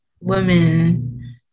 women